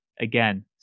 again